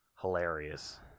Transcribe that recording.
Hilarious